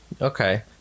okay